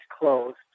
closed